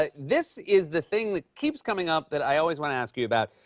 ah this is the thing that keeps coming up that i always want to ask you about.